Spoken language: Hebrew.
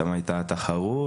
שם היתה התחרות,